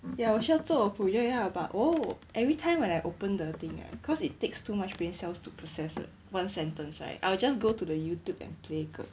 ya 我需要做我 project lah but oh every time when I open the thing right cause it takes too much brain cells to process the one sentence right I will just go to the youtube and play 歌